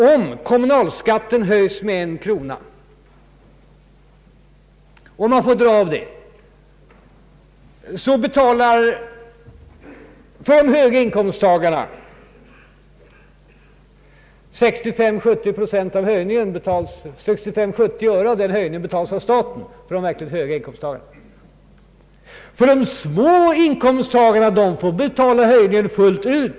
Om kommunalskatten höjs med 1 krona och man får dra av den, så betalar staten för de verkligt höga inkomsttagarna 65 å 70 öre av den höjningen. Men de små inkomsterna får betala höjningen fullt ut.